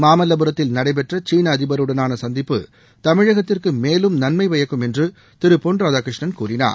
மாமல்லபுரத்தில் நடைபெற்ற சீன அதிபருடனான சந்திப்பு தமிழகத்திற்கு மேலும் நன்மைபயக்கும் என்று திரு பொன் ராதாகிருஷ்ணன் கூறினார்